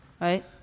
right